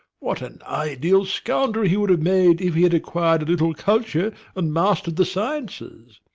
what an ideal scoundrel he would have made if he had acquired a little culture and mastered the sciences!